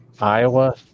Iowa